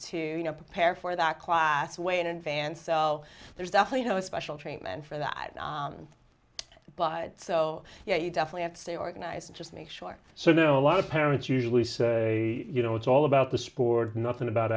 know prepare for that class way in advance so there's definitely no special treatment for that but so yeah you definitely have to stay organized and just make sure so do a lot of parents usually say you know it's all about the sport nothing about